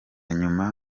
nyuma